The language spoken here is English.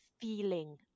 feeling